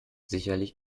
sicherlich